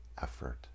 effort